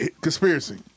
Conspiracy